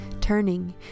Turning